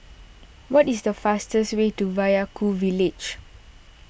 what is the fastest way to Vaiaku Village